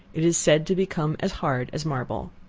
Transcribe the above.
it is said to become as hard as marble.